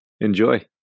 Enjoy